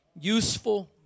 useful